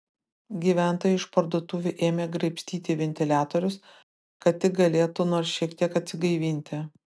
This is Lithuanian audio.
gyventojai iš parduotuvių ėmė graibstyti ventiliatorius kad tik galėtų nors šiek tiek atsigaivinti